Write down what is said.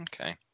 Okay